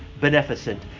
beneficent